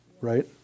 Right